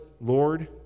Lord